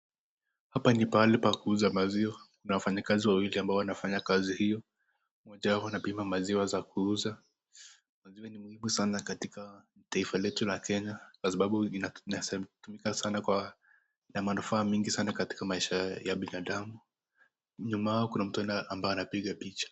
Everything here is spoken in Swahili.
Hapa ni pahali pa kuuza maziwa na wafanyikazi wawili ambao wanafanya kazi hiyo. Mmoja wao anapima maziwa za kuuza, maziwa ni muhimu sana katika taifa letu la kenya, kwa sababu inatumika sana kwa, ina manufaa mingi sana katika maisha ya binadamu, nyuma yao kuna mtu ambaye anapiga picha.